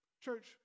Church